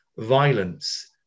Violence